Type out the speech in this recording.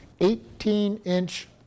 18-inch